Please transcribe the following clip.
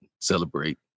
celebrate